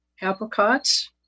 apricots